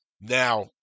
Now